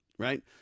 Right